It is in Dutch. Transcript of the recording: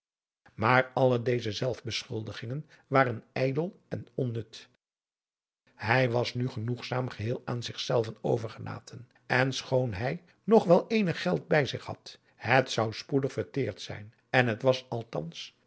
maar alle deze zelfsbeschuldigingen waren ijdel en onnut hij was nu genoegzaam geheel aan zich zelven overgelaten en schoon hij nog wel eenig geld bij zich had het zou spoedig verteerd zijn en het was